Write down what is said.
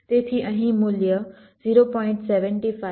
તેથી અહીં મૂલ્ય 0